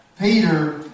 Peter